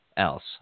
else